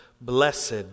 Blessed